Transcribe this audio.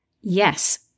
Yes